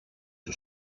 του